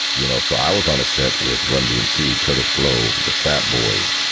you know, so i was on a set with run-d m c, kurtis blow, the fat boys.